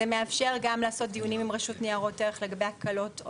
זה מאפשר גם לעשות דיונים עם רשות ניירות ערך לגבי ההקלות.